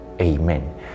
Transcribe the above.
Amen